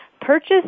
Purchase